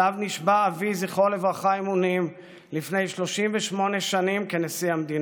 שעליו נשבע אבי זכרו לברכה אמונים לפני 38 שנים כנשיא המדינה,